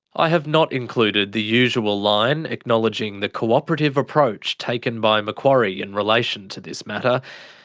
i have not included the usual line acknowledging the cooperative approach taken by macquarie in relation to this matter,